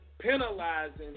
Penalizing